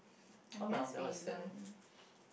I guess we learn